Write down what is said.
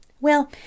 Well